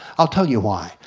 i'll tell you why.